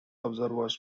observers